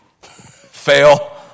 Fail